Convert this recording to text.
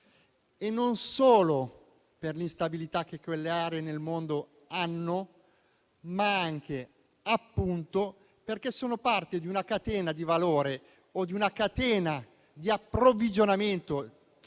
non solo per l'instabilità di quelle aree, ma anche, appunto, perché sono parte di una catena di valore o di una catena di approvvigionamento che